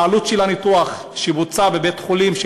העלות של הניתוח שבוצע בבית-החולים של